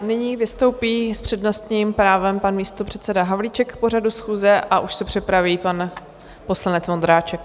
Nyní vystoupí s přednostním právem pan místopředseda Havlíček k pořadu schůze a už se připraví pan poslanec Vondráček.